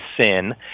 sin